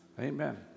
Amen